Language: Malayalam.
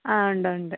ആ ഉണ്ട് ഉണ്ട്